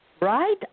right